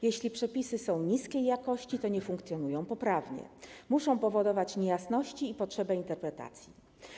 Jeśli przepisy są niskiej jakości, to nie funkcjonują poprawnie, muszą powodować niejasności i potrzebę interpretacji.